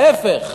להפך.